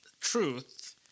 truth